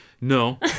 No